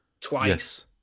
twice